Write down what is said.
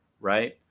right